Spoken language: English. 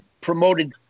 promoted